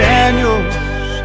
Daniels